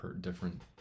different